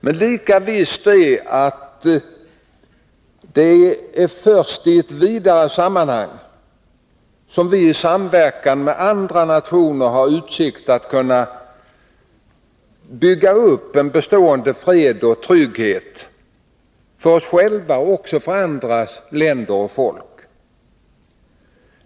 Men lika visst är det först i ett vidare sammanhang som vi, i samverkan med andra nationer, har utsikter att kunna bygga upp en bestående fred och trygghet för oss själva och också för andra länder och folk.